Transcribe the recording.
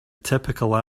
typical